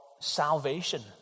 salvation